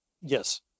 Yes